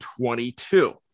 22